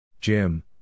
Jim